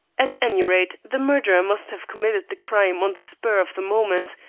at any rate, the murderer must have committed the crime on the spur of the moment,